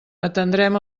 atendrem